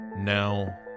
now